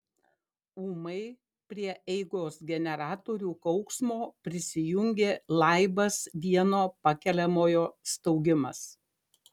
ūmai prie eigos generatorių kauksmo prisijungė laibas vieno pakeliamojo staugimas